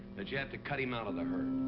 that you have to cut him out of the herd.